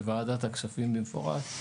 בוועדת הכספים במפורש.